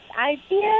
idea